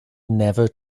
never